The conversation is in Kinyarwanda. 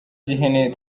by’ihene